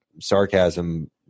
sarcasm